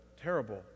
terrible